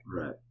Right